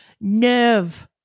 nerve